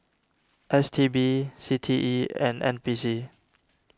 S T B C T E and N P C